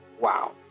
Wow